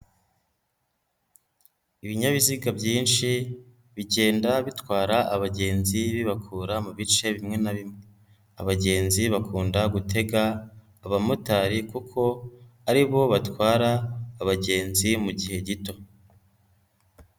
Ibinyabiziga byinshi bigenda bitwara abagenzi bibakura mu bice bimwe na bimwe, abagenzi bakunda gutega abamotari kuko aribo batwara abagenzi mu gihe gito.